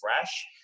fresh